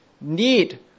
need